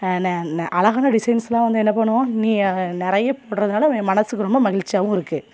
நான் நான் அழகான டிசைன்ஸ்லாம் வந்து என்ன பண்ணுவோம் நீ நிறைய போட்றதனால என் மனசுக்கு ரொம்ப மகிழ்ச்சியாகவும் இருக்குது